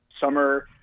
summer